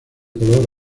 color